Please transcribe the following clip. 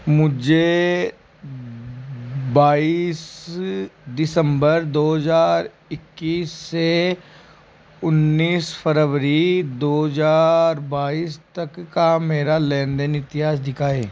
मुझे बाईस दिसंबर दो हज़ार इक्कीस से उन्नीस फरवरी दो हज़ार बाईस तक का मेरा लेन देन इतिहास दिखाएँ